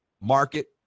market